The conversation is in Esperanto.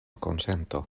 konsento